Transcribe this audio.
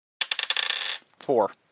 Four